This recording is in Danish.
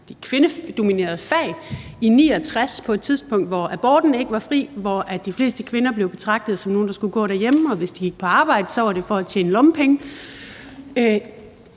offentlige. Det var i 1969 på et tidspunkt, hvor aborten ikke var fri, hvor de fleste kvinder blev betragtet som nogle, der skulle gå derhjemme, og hvis de gik på arbejde, var det for at tjene lommepenge. Det